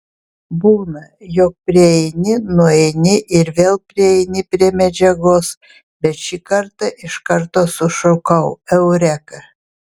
būna jog prieini nueini ir vėl prieini prie medžiagos bet šį kartą iš karto sušukau eureka